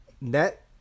Net